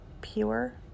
Pure